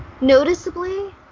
Noticeably